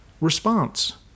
response